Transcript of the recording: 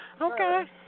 Okay